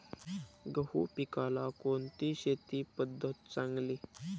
गहू पिकाला कोणती शेती पद्धत चांगली?